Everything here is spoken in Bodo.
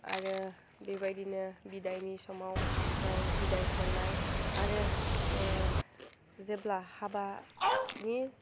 आरो बेबायदिनो बिदायनि समाव बिदाय हरनाय आरो जेब्ला हाबानि